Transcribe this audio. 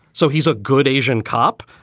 so he's a good asian cop.